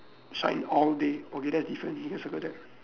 shine all day okay that's different we can circle that